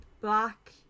black